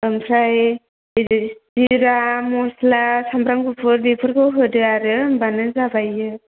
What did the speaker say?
ओमफ्राय जिरा मस्ला सामब्राम गुफुर बेफोरखौ होदो आरो होमबानो जाबाय बेयो